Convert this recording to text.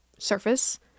surface